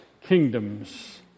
kingdoms